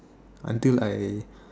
until I